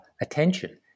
attention